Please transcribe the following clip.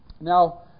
Now